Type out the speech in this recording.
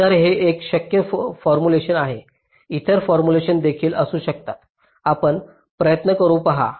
तर हे एक शक्य फॉर्म्युलेशन आहे इतर फॉर्म्युलेशन देखील असू शकतात आपण प्रयत्न करुन पहा